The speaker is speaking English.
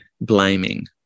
blaming